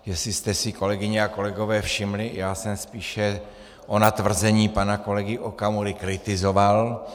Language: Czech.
Jestli jste si, kolegyně a kolegové, všimli, já jsem spíše ona tvrzení pana kolegy Okamury kritizoval.